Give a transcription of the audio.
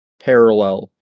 parallel